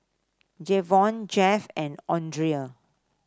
Jayvon Jeff and Andrea